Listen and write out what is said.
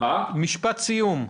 --- משפט סיום,